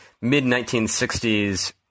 mid-1960s